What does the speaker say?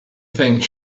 think